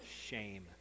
shame